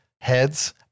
heads